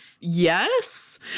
Yes